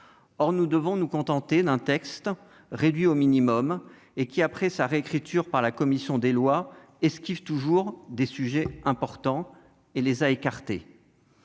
Or nous devons nous contenter d'un texte réduit au minimum, qui, après sa réécriture par la commission des lois, esquive toujours des sujets importants, voire les a écartés.